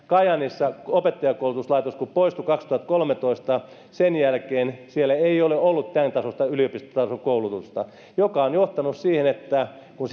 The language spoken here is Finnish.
kun opettajankoulutuslaitos poistui kajaanista kaksituhattakolmetoista sen jälkeen siellä ei ole ollut tämäntasoista yliopistotason koulutusta mikä on johtanut siihen että kun